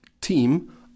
team